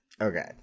okay